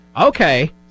Okay